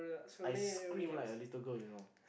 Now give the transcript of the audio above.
I scream like a little girl you know